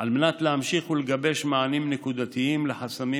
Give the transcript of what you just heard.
כדי להמשיך לגבש מענים נקודתיים לחסמים